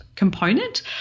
Component